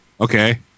okay